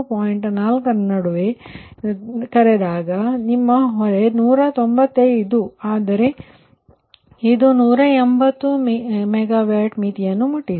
ರ ನಡುವೆ ಕರೆಯುತ್ತೀರಿ ಅದು ನಿಮ್ಮ ಹೊರೆ 195 ಆದರೆ ಇದು 180 MWಮಿತಿಯನ್ನು ಮುಟ್ಟಿದೆ